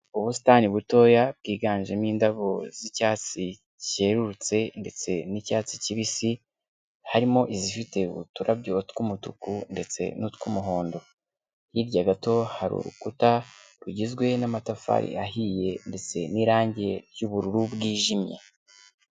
Ubusitani butoya bwiganjemo indabo z'icyatsi cyerurutse ndetse n'icyatsi kibisi, harimo izifite uturabyo tw'umutuku ndetse n'utw'umuhondo. Hirya gato hari urukuta rugizwe n'amatafari ahiye ndetse n'irangi ry'ubururu bwijimye.